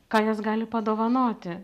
ką jos gali padovanoti